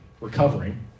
recovering